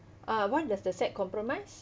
uh what does the set compromise